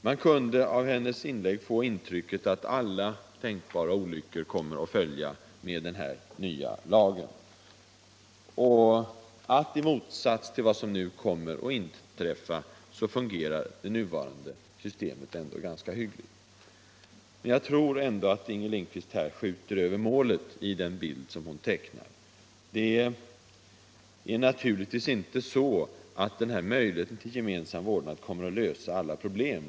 Man kunde av hennes inlägg få intrycket att alla tänkbara olyckor kommer att följa med denna nya lag och att — i motsats till vad som kommer att inträffa — det nuvarande systemet fungerar ganska hyggligt. Jag tror att Inger Lindquist skjuter över målet med den bild hon tecknar. Möjligheten till gemensam vårdnad kommer naturligtvis inte att lösa alla problem.